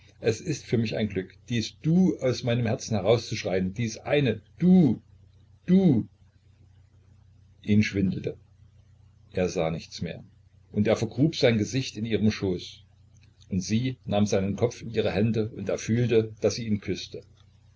es ist für mich ein glück dies du aus meinem herzen herauszuschreien dies eine du du ihn schwindelte er sah nichts mehr und er vergrub sein gesicht in ihren schoß und sie nahm seinen kopf in ihre hände und er fühlte wie sie ihn küßte